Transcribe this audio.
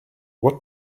what